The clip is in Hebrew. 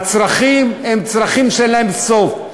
הצרכים הם צרכים שאין להם סוף.